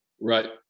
Right